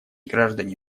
граждане